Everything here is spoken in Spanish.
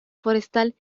forestal